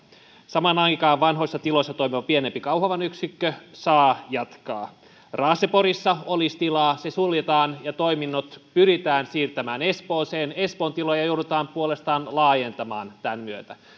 samaan aikaan vanhoissa tiloissa toimiva pienempi kauhavan yksikkö saa jatkaa raaseporissa olisi tilaa se suljetaan ja toiminnot pyritään siirtämään espooseen espoon tiloja joudutaan puolestaan laajentamaan tämän myötä